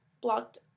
blocked